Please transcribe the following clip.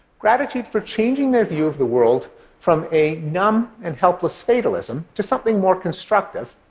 gratitude for changing their view of the world from a numb and helpless fatalism to something more constructive,